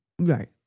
Right